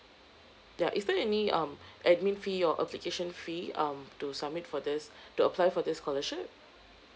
ya is there any um admin fee or application fee um to submit for this to apply for this scholarship